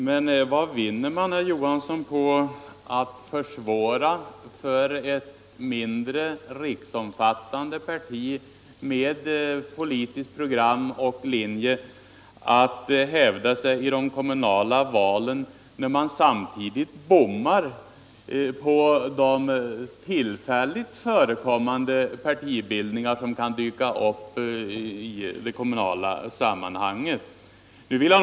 Herr talman! Vad vinner man, herr Johansson i Trollhättan, på att försvåra för ett mindre, riksomfattande parti med politiskt program att hävda sig i de kommunala valen, när man samtidigt bommar på de tillfälligt förekommande partibildningar som kan dyka upp i det kommunala sammanhanget.